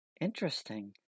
Interesting